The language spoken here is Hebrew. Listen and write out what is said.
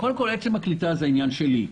עצם הקליטה זה עניין שלי.